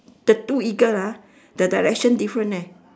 the two eagle ah the direction different eh